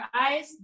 eyes